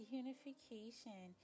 unification